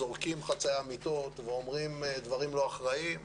זורקים חצאי אמיתות ואומרים דברים לא אחראיים.